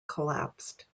collapsed